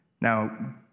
Now